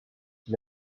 qui